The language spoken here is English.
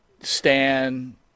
Stan